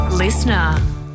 listener